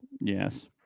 Yes